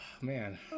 man